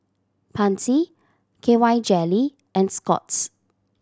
Pansy K Y Jelly and Scott's